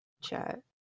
chat